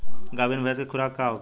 गाभिन भैंस के खुराक का होखे?